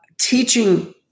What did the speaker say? teaching